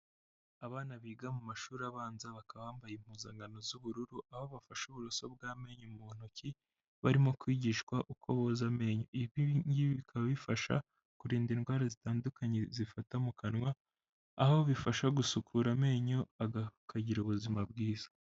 Abana biga mu mashuri abanza bakaba bambaye impuzankano z'ubururu aho bafashe uburoso bw'amenyo mu ntoki barimo kwigishwa uko boza amenyo, ibi bikaba bifasha kurinda indwara zitandukanye zifata mu kanwa aho bifasha gusukura amenyo akagira ubuzima bwiza.